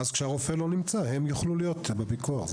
ואז כשהרופא לא נמצא הם יוכלו להיות בפיקוח.